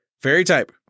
Fairy-type